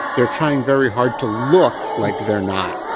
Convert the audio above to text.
they are trying very hard to look like they are not.